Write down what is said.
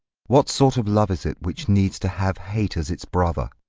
what sort of love is that which needs to have hate as its brother?